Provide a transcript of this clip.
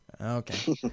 okay